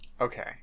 Okay